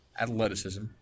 athleticism